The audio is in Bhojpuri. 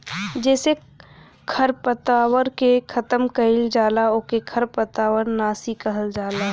जेसे खरपतवार के खतम कइल जाला ओके खरपतवार नाशी कहल जाला